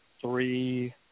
three